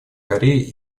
корее